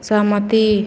सहमति